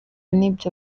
n’ibyo